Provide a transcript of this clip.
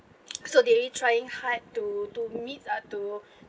so they're trying hard to to meet uh to